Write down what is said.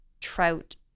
trout